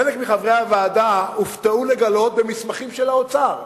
חלק מחברי הוועדה הופתעו לגלות במסמכים של האוצר,